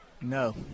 No